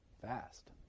fast